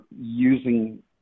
using